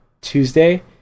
Tuesday